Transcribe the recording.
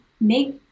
make